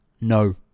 No